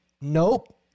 Nope